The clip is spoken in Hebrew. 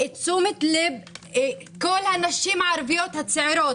את תשומת לב כל הנשים הערביות הצעירות